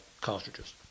cartridges